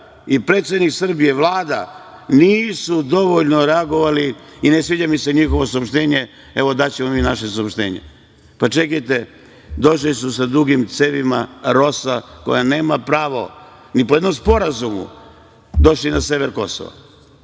i predsednik Srbije, Vlada nisu dovoljno reagovali i ne sviđa mi se njihovo saopštenje, evo daćemo mi naše saopštenje. Čekajte, došli su sa dugim cevima, ROSU koja nema pravo ni po jednom sporazumu, došli na sever Kosova.